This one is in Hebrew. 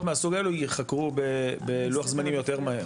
מהסוג האלו ייחקרו בלוח זמנים יותר מהר.